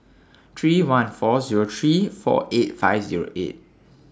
three one four Zero three four eight five Zero eight